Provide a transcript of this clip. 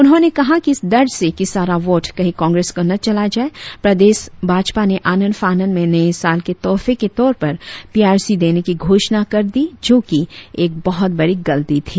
उन्होंने कहा कि इस डर से कि सारा वोट कहीं कांग्रेस को न चला जाए प्रदेश भाजपा ने आनन फानन में नये साल के तोहफे के तौर पर पीआरसी देने की घोषणा कर दी जो कि एक बहुत बड़ी गलती थी